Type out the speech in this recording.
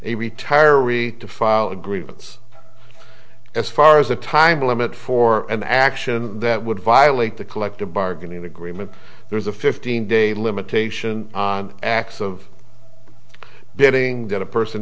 a retiree to file a grievance as far as a time limit for an action that would violate the collective bargaining agreement there's a fifteen day limitation on acts of betting that a person